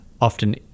often